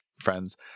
friends